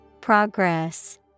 Progress